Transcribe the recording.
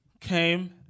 came